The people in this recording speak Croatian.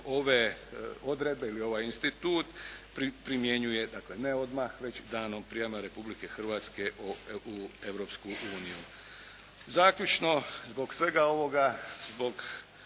ove odredbe ili ovaj institut primjenjuje dakle ne odmah već danom prijema Republike Hrvatske u Europsku uniju. Zaključno, zbog svega ovoga, zbog